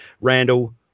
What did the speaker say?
randall